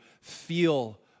feel